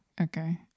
okay